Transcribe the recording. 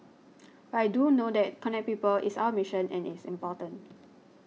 but I do know that connect people is our mission and it's important